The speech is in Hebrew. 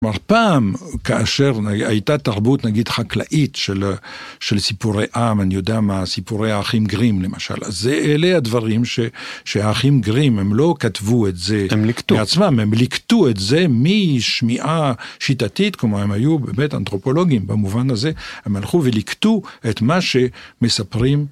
כלומר פעם כאשר הייתה תרבות נגיד חקלאית של סיפורי עם, אני יודע מה סיפורי האחים גרים למשל אז זה אלה הדברים שהאחים גרים הם לא כתבו את זה מעצמם, הם לקטו את זה משמיעה שיטתית כמו הם היו באמת אנתרופולוגים במובן הזה הם הלכו ולקטו את מה שמספרים.